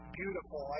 beautiful